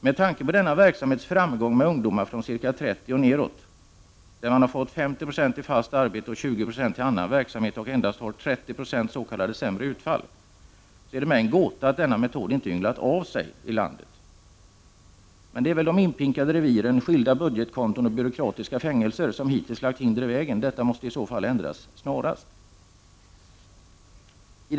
Med tanke på denna verksamhets framgång med ungdomar från ca 30 år och nedåt — 50 96 har fått fast arbete, 20 26 har gått till annan verksamhet och endast 30 9c utgör ett s.k. sämre utfall — är det mig en gåta att denna metod inte har ynglat av sig ute i landet. Men det är väl ”de inpinkade reviren, skilda budgetkonton och byråkratiska fängelser” som hittills lagt hinder i vägen. Detta måste i så fall ändras snarast.